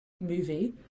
movie